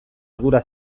ardura